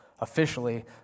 officially